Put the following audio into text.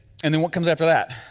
and then what comes after that?